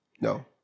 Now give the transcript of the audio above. No